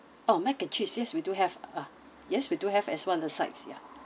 orh macaroni and cheese yes we do have ah yes we do have as one of the sides ya